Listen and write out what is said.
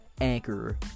Anchor